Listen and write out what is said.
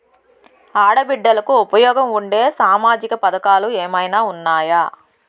ఆడ బిడ్డలకు ఉపయోగం ఉండే సామాజిక పథకాలు ఏమైనా ఉన్నాయా?